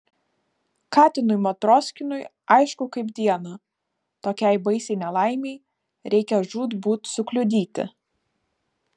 katinui matroskinui aišku kaip dieną tokiai baisiai nelaimei reikia žūtbūt sukliudyti